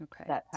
Okay